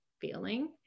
feeling